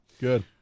Good